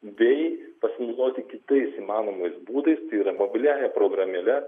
bei pasinaudoti kitais įmanomais būdais tai yra mobiliaja programėle